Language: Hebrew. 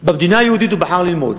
במדינה היהודית הוא בחר ללמוד,